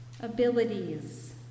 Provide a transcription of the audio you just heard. abilities